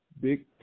Big